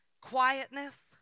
quietness